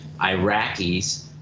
Iraqis